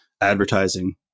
advertising